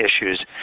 issues